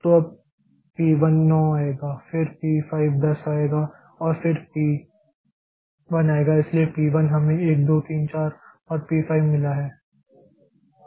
तो अब पी 1 9 आएगा फिर पी 5 10 आएगा और फिर पी 1 आएगा इसलिए पी 1 हमें 1 2 3 4 और पी 5 मिला है